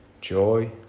joy